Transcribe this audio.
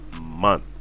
month